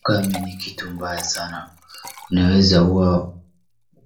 Ukame ni kitu mbaya sana. Inaweza uuwa